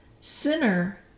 Sinner